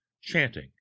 chanting